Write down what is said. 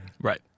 Right